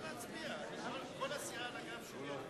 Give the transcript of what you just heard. הצעת חוק מתן אזרחות של כבוד לחללי מלחמת הקוממיות,